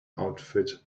outfit